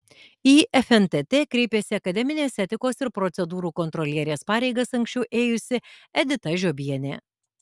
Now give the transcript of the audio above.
į fntt kreipėsi akademinės etikos ir procedūrų kontrolierės pareigas anksčiau ėjusi edita žiobienė